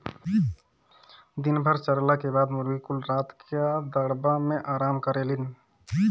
दिन भर चरला के बाद मुर्गी कुल रात क दड़बा मेन आराम करेलिन